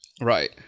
right